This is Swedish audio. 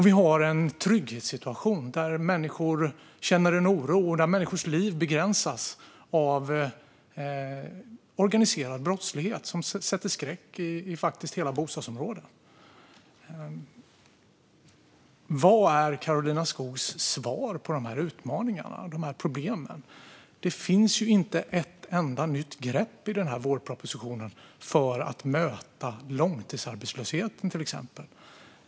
Vi har en trygghetssituation där människor känner en oro och där människors liv begränsas av organiserad brottslighet som sätter skräck i hela bostadsområden. Vad är Karolina Skogs svar på de här utmaningarna och de här problemen? Det finns inte ett enda nytt grepp i den här vårpropositionen för att möta exempelvis långtidsarbetslösheten.